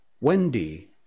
Wendy